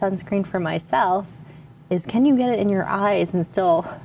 sunscreen for myself is can you get it in your eyes and still